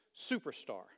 superstar